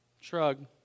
shrug